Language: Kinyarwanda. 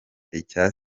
icya